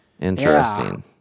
Interesting